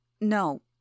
No